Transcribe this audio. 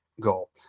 goal